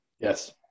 Yes